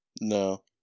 No